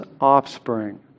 offspring